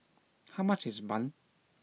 how much is Bun